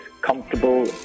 comfortable